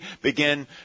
begin